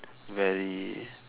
very